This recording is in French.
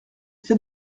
c’est